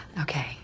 okay